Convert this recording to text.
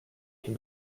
can